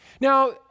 Now